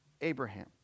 Abraham